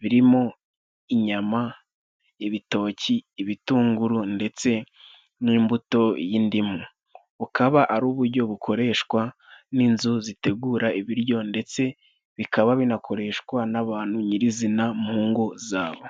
birimo, inyama, ibitoki, ibitunguru ndetse n'imbuto y'indimu. Bukaba ari ubujyo bukoreshwa n'inzu zitegura ibiryo, ndetse bikaba binakoreshwa n'abantu nyir'izina mu ngo zabo.